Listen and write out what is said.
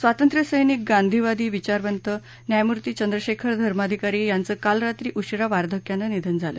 स्वातंत्र्यसैनिक गांधीवादी विचारवंत न्यायमूर्ती चंद्रशेखर धर्माधिकारी यांचं काल रात्री उशीरा वार्धक्यानं निधन झालं